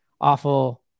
awful